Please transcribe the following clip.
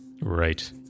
Right